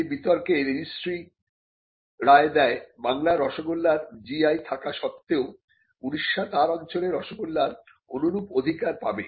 সেই বিতর্কে রেজিস্ট্রি রায় দেয় বাংলার রসগোল্লার GI থাকা সত্বেও উড়িষ্যা তার অঞ্চলের রসগোল্লার অনুরূপ অধিকার পাবে